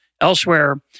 elsewhere